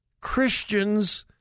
Christians